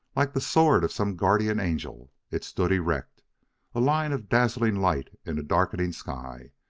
like the sword of some guardian angel, it stood erect a line of dazzling light in a darkening sky.